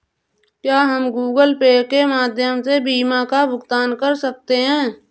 क्या हम Google pay के माध्यम से बीमा का भुगतान कर सकते हैं?